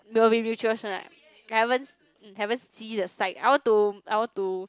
will be I haven't haven't see the side I want to I want to